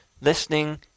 Listening